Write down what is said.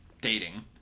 dating